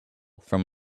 from